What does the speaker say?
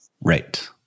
right